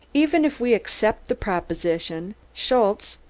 even if we accept the proposition, schultze,